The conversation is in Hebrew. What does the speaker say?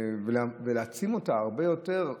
כדי להעצים אותה הרבה יותר.